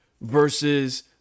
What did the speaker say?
versus